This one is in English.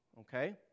okay